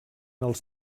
els